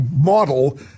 model